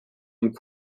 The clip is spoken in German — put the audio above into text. und